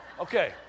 Okay